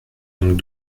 donc